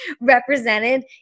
represented